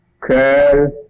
curl